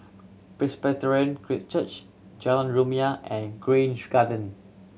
Presbyterian Church Jalan Rumia and Grange Garden